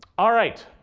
all right.